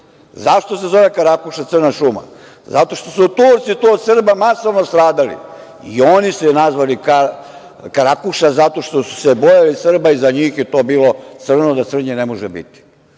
Zašto se zove karakuša – crna šuma? Zato što su Turci od Srba tu masovno stradali i oni su je nazvali karakuša, jer su se bojali Srba i za njih je to bilo crno da crnje ne može biti,